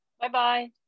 Bye-bye